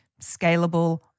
scalable